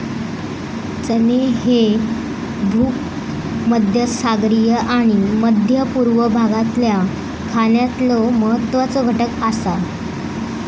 चणे ह्ये भूमध्यसागरीय आणि मध्य पूर्व भागातल्या खाण्यातलो महत्वाचो घटक आसा